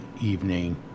evening